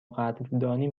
قدردانی